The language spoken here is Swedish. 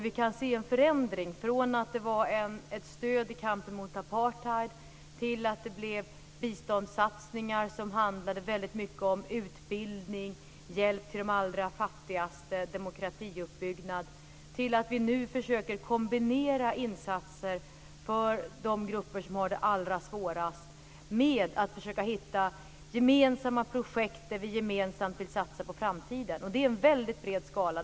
Vi kan se en förändring, från att det var ett stöd i kampen mot apartheid till att det blev biståndssatsningar, som handlade väldigt mycket om utbildning, hjälp till de allra fattigaste och demokratiuppbyggnad, till att vi nu försöker kombinera insatser för de grupper som har det allra svårast med att hitta projekt där vi gemensamt vill satsa på framtiden. Det är en mycket bred skala.